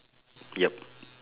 yup